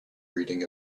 reading